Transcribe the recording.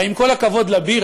הרי עם כל הכבוד לבירה,